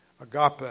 Agape